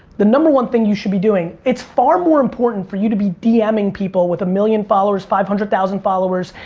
the number one thing you should be doing, it's far more important for you to be dm'ing people with a million followers, five hundred thousand followers,